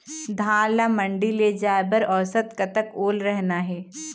धान ला मंडी ले जाय बर औसत कतक ओल रहना हे?